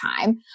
time